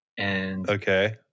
Okay